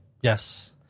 Yes